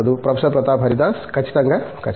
professor Pratap Haridas ఖచ్చితంగా ఖచ్చితంగా